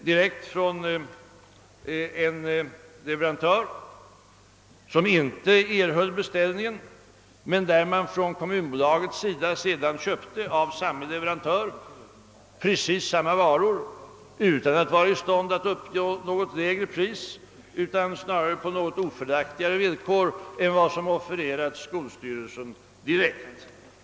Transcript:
Leverantören erhöll inte beställningen men kommunbolaget köpte sedan av samma leverantör precis samma varor utan att uppnå något lägre pris. Snarare genomfördes affären på för kunden något ofördelaktigare villkor än dem som direkt hade offererats den lokala skolstyrelsen.